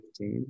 15